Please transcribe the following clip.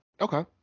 Okay